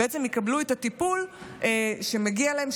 יקבלו את הטיפול שמגיע להם,